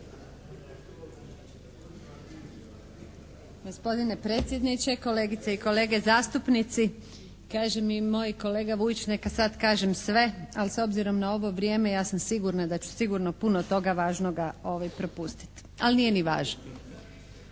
Gospodine predsjedniče, kolegice i kolege zastupnici. Kaže mi moj kolega Vujić neka sad kažem sve, ali s obzirom na ovo vrijeme ja sam sigurna da ću sigurno puno toga važnoga propustiti. Al' nije ni važno.